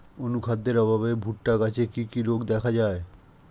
অনুখাদ্যের অভাবে ভুট্টা গাছে কি কি রোগ দেখা যায়?